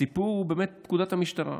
הסיפור הוא פקודת המשטרה.